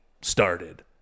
started